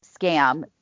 scam